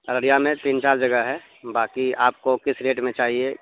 ارریا میں تین چار جگہ ہے باقی آپ کو کس ریٹ میں چاہیے